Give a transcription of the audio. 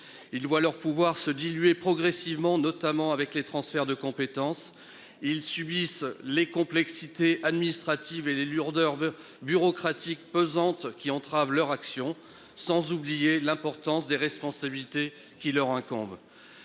Ils voient leur pouvoir se diluer progressivement notamment avec les transferts de compétences, ils subissent les complexités administratives et les lourdeurs veut bureaucratique pesante qui entravent leur action, sans oublier l'importance des responsabilités qui leur incombent.